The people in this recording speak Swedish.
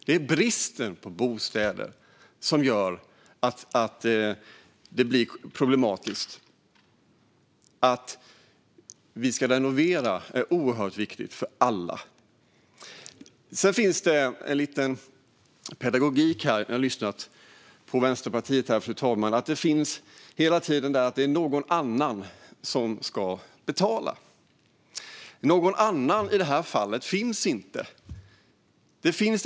Det är bristen på bostäder som gör att det blir problematiskt. Att det renoveras är oerhört viktigt för alla. Sedan ska jag ta upp något pedagogiskt. När jag lyssnar på Vänsterpartiet här är det hela tiden någon annan som ska betala. Någon annan finns inte i detta fall.